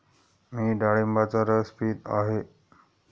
मी डाळिंबाचा रस पीत आहे